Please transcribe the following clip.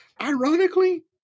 Ironically